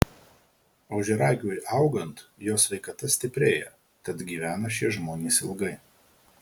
ožiaragiui augant jo sveikata stiprėja tad gyvena šie žmonės ilgai